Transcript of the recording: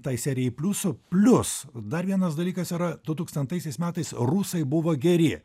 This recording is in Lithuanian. tai serijai pliusų plius dar vienas dalykas yra dutūkstantaisiais metais rusai buvo geri